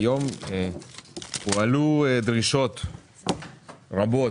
הועלו דרישות רבות,